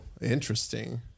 Interesting